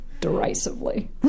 Derisively